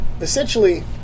essentially